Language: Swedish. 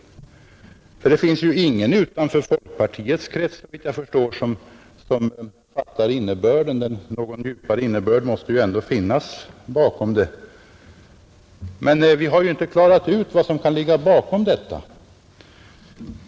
Det finns såvitt jag förstår ingen utanför folkpartiets krets som fattar innebörden, men någon djupare innebörd måste väl ändå finnas, Vi har inte klarat ut vad som kan ligga bakom detta.